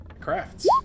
Crafts